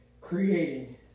creating